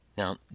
Now